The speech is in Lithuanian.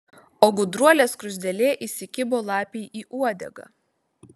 o gudruolė skruzdėlė įsikibo lapei į uodegą